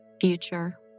future